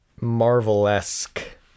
Marvel-esque